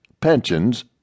pensions